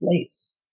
place